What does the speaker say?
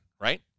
right